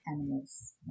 animals